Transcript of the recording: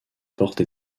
portes